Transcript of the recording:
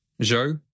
Joe